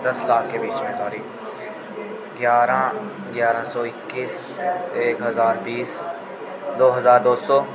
दस लाख के बीच में सॉरी ग्यारह् ग्यारह् सौ इक्कीस एक हजार बीस दो हजार दो सौ